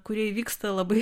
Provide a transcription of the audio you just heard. kurie įvyksta labai